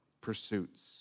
pursuits